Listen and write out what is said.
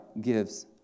gives